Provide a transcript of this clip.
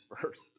first